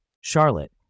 Charlotte